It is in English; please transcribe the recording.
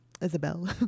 Isabel